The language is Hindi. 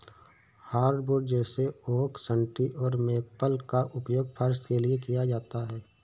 हार्डवुड जैसे ओक सन्टी और मेपल का उपयोग फर्श के लिए किया जाता है